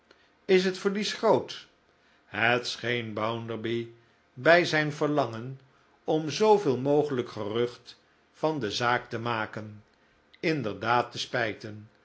is het verlies groot het scheen bounderby bij zijn verlangen om zooveel mogelijk gerucht van de zaak te maken inderdaad te spijten